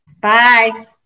Bye